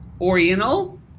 Oriental